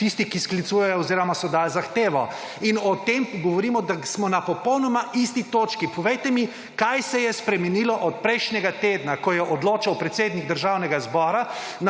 tisti, ki sklicujejo oziroma so dali zahtevo. In o tem govorimo, da smo na popolnoma isti točki. Povejte mi, kaj se je spremenilo od prejšnjega tedna, ko je odločal predsednik Državnega zbora